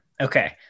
Okay